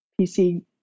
PC